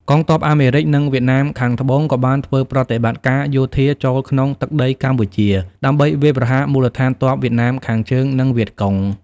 កងទ័ពអាមេរិក និងវៀតណាមខាងត្បូងក៏បានធ្វើប្រតិបត្តិការយោធាចូលក្នុងទឹកដីកម្ពុជា ដើម្បីវាយប្រហារមូលដ្ឋានទ័ពវៀតណាមខាងជើង និងវៀតកុង។